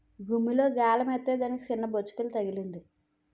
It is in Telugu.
గుమ్మిలో గాలమేత్తే దానికి సిన్నబొచ్చుపిల్ల తగిలింది